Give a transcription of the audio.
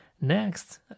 Next